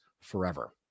forever